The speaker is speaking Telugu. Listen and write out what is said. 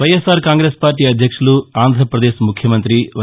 వైఎస్సార్ కాంగ్రెస్ పార్టీ అధ్యక్షులు ఆంధ్రపదేశ్ ముఖ్యమంతి వై